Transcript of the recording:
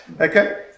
Okay